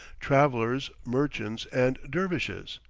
travellers, merchants, and dervishes.